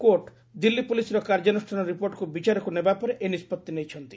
court Delhi ପୁଲିସ୍ର କାର୍ଯ୍ୟାନୁଷ୍ଠାନ ରିପୋର୍ଟକୁ ବିଚାରକୁ ନେବା ପରେ ଏହି ନିଷ୍ପଭି ନେଇଛନ୍ତି